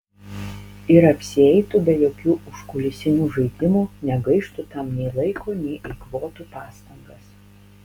ir apsieitų be jokių užkulisinių žaidimų negaištų tam nei laiko nei eikvotų pastangas